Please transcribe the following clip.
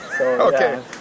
Okay